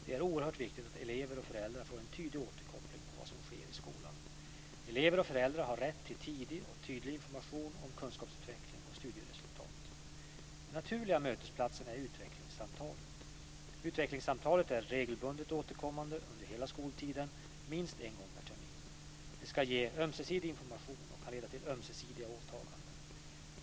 Det är oerhört viktigt att elever och föräldrar får en tydlig återkoppling på vad som sker i skolan. Elever och föräldrar har rätt till tidig och tydlig information om kunskapsutveckling och studieresultat. Den naturliga mötesplatsen är utvecklingssamtalet. Utvecklingssamtalet är regelbundet återkommande under hela skoltiden, minst en gång per termin. Det ska ge ömsesidig information och kan leda till ömsesidiga åtaganden.